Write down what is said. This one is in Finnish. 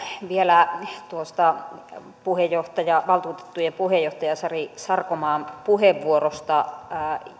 vielä tuosta valtuutettujen puheenjohtaja sari sarkomaan puheenvuorosta